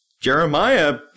Jeremiah